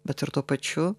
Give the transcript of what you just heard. bet ir tuo pačiu